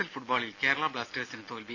L ഫുട്ബോളിൽ കേരള ബ്ലാസ്റ്റേഴ്സിന് തോൽവി